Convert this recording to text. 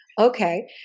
Okay